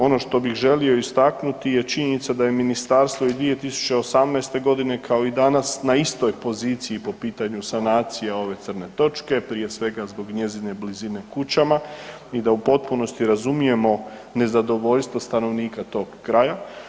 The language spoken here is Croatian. Ono što bih želio istaknuti je činjenica da je Ministarstvo i 2018. g. kao i danas na istoj poziciji po pitanju sanacija ove crne točke, prije svega zbog njezine blizine kućama i da u potpunosti razumijemo nezadovoljstvo stanovnika tog kraja.